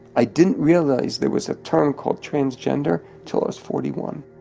i didn't realize there was a term called transgender till i was forty-one